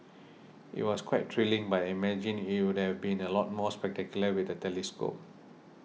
it was quite thrilling but I imagine it would have been a lot more spectacular with a telescope